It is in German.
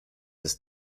ist